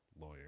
lawyer